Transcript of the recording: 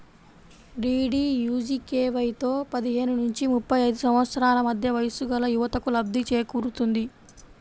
డీడీయూజీకేవైతో పదిహేను నుంచి ముప్పై ఐదు సంవత్సరాల మధ్య వయస్సుగల యువతకు లబ్ధి చేకూరుతుంది